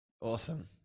Awesome